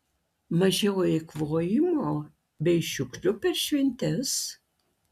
mažiau eikvojimo bei šiukšlių per šventes